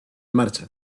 marcha